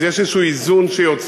אז יש איזה איזון שיוצרים.